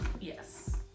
Yes